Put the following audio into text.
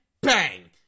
Bang